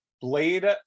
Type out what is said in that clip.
Blade